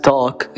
Talk